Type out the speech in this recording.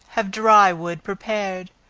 have dry wood prepared.